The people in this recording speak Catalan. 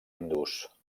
hindús